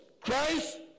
Christ